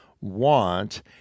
want